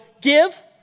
give